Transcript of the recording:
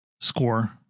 score